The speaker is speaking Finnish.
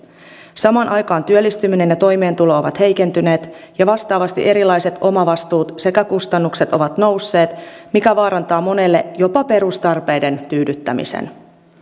samaan aikaan työllistyminen ja toimeentulo ovat heikentyneet ja vastaavasti erilaiset omavastuut sekä kustannukset ovat nousseet mikä vaarantaa monelle jopa perustarpeiden tyydyttämisen